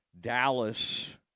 Dallas